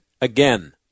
again